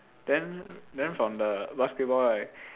then then from the basketball right